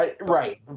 Right